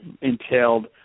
entailed